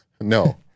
No